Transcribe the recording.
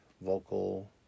vocal